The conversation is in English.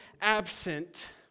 absent